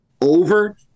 over